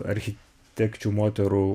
architekčių moterų